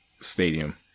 stadium